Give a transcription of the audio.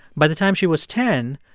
by the time she was ten,